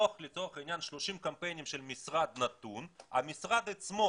שמתוך לצורך העניין 30 קמפיינים של משרד נתון המשרד עצמו